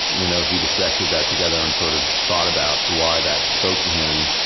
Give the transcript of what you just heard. you know we dissected that together and sort of thought about why that spoke to him.